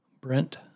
Brent